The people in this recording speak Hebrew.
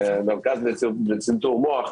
מרכז לצנתור מוח.